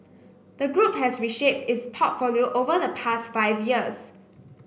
the group has reshaped its portfolio over the past five years